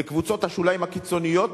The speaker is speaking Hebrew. לקבוצות השוליים הקיצוניות,